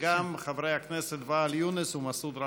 וגם חברי הכנסת ואאל יונס ומסעוד גנאים.